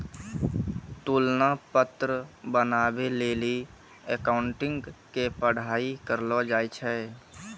तुलना पत्र बनाबै लेली अकाउंटिंग के पढ़ाई करलो जाय छै